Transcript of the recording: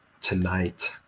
tonight